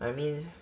I mean